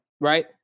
right